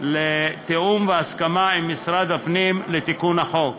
לתיאום והסכמה עם משרד הפנים על תיקון החוק.